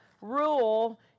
rule